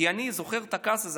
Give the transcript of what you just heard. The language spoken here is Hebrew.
כי אני זוכר את הכעס הזה.